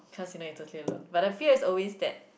cause you know you are totally alone but the fear is always that